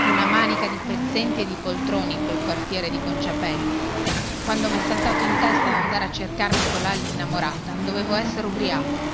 una manica di pezzenti e di poltroni in quel quartiere di conciapelli quando mè saltato in testa dandare a cercarmi colà linnamorata dovevo essere ubbriaco